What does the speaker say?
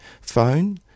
phone